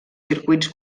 circuits